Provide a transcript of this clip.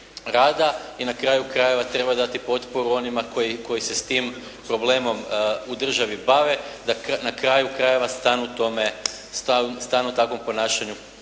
i na kraju krajeva treba dati potporu onima koji se s tim problemom u državi bave, da na kraju krajeva stanu tome, stanu takvom ponašanju